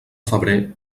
febrer